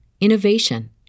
innovation